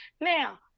now